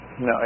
No